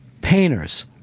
painters